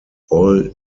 all